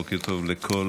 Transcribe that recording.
בוקר טוב לכל